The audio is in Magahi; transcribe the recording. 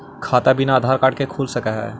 खाता बिना आधार कार्ड के खुल सक है?